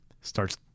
starts